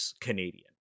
Canadian